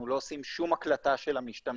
אנחנו לא עושים שום הקלטה של המשתמשים.